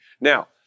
Now